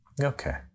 Okay